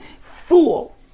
Fool